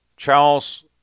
Charles